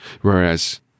Whereas